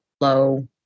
low